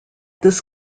this